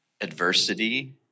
Adversity